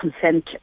consent